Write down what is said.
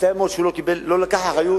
מצטער מאוד שהוא לא לקח אחריות.